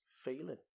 feeling